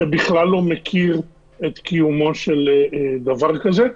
שבכלל לא מכיר את קיומו של דבר כזה,